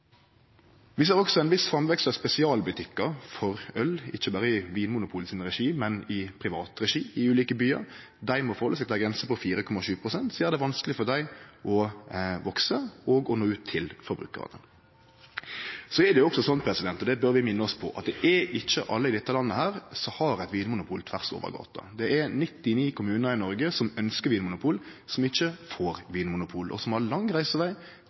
Vi ser også ein viss framvekst av spesialbutikkar for øl, ikkje berre i regi av Vinmonopolet, men i privat regi, i ulike byar. Dei må halde seg til ei grense på 4,7 pst., som gjer det vanskeleg for dei å vekse og å nå ut til forbrukarane. Så er det også sånn, og det bør vi minne oss på, at ikkje alle i dette landet har eit Vinmonopol tvers over gata. Det er 99 kommunar i Noreg som ønskjer Vinmonopol og ikkje får det, og som har lang reiseveg